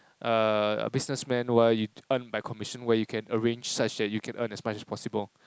uh a business man where you earn by commission where you can arrange such that you can earn as much as possible